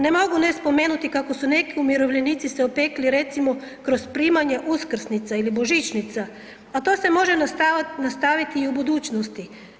Ne mogu ne spomenuti kako su neki umirovljenici se opekli recimo kroz primanje uskrsnica ili božićnica, a to se može nastaviti i u budućnosti.